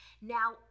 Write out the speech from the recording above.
Now